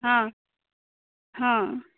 हँ हँ